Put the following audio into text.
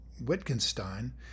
Wittgenstein